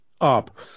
up